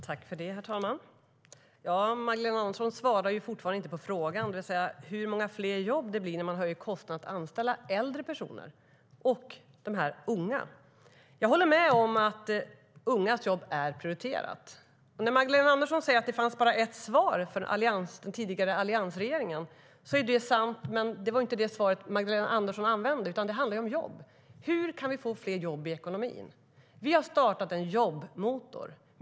Herr talman! Magdalena Andersson svarar fortfarande inte på frågan: Hur många fler jobb blir det när man höjer kostnaden för att anställa äldre personer och de här unga? Jag håller med om att ungas jobb är prioriterade. När Magdalena Andersson säger att det bara fanns ett svar från den tidigare alliansregeringen är det sant. Men det var inte det svaret Magdalena Andersson använde. Det handlar om jobb. Hur kan vi få fler jobb i ekonomin? Vi har startat en jobbmotor.